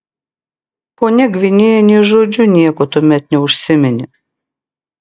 ponia gvinėja nė žodžiu nieko tuomet neužsiminė